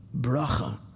bracha